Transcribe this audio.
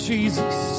Jesus